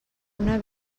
una